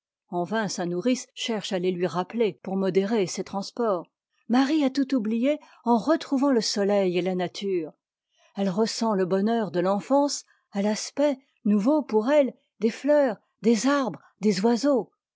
en vain sa nourrice cherche à les lui rappeler pour modérer ses transports marie a tout oublié en retrouvant le soleil et la nature elle ressent le bonheur de l'enfance à l'aspect nouveau pourelle des fleurs des arbres des oiseaux